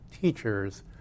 teachers